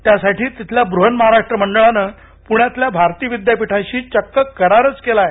त्यासाठी तिथल्या बृहन्महाराष्ट्र मंडळानं प्ण्यातल्या भारती विद्यापीठाशी चक्क करारच केला आहे